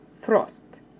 frost